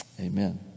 Amen